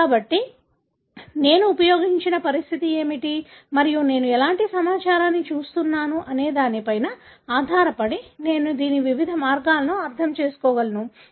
కాబట్టి నేను ఉపయోగించిన పరిస్థితి ఏమిటి మరియు నేను ఎలాంటి సమాచారాన్ని చూస్తున్నాను అనేదానిపై ఆధారపడి నేను దీన్ని వివిధ మార్గాల్లో అర్థం చేసుకోగలను